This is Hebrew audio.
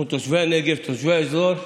אנחנו תושבי הנגב, תושבי האזור,